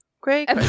Great